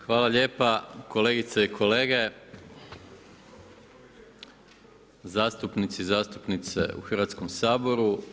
Hvala lijepa kolegice i kolege, zastupnice i zastupnici u Hrvatskom saboru.